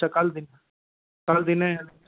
अच्छा कल दिनें कल दिनें